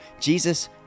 Jesus